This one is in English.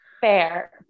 Fair